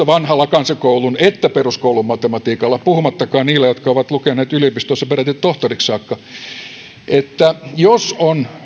vanhalla kansakoulun että peruskoulun matematiikalla puhumattakaan heistä jotka ovat lukeneet yliopistoissa peräti tohtoriksi saakka jos on